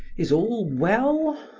is all well?